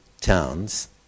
towns